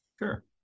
Sure